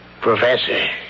Professor